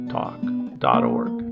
talk.org